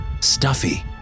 stuffy